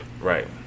Right